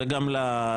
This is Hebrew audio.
זה גם לעתיד.